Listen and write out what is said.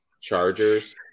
Chargers